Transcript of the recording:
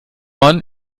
man